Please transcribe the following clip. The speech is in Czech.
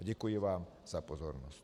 Děkuji vám za pozornost.